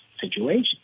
situation